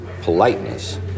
politeness